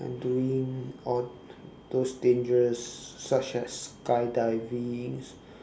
and doing all those dangerous such as skydiving